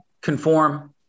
conform